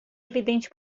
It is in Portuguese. evidente